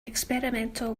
experimental